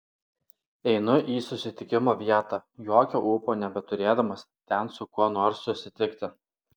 einu į susitikimo vietą jokio ūpo nebeturėdamas ten su kuo nors susitikti